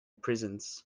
prisons